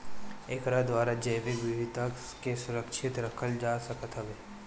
एकरा द्वारा जैविक विविधता के सुरक्षित रखल जा सकत हवे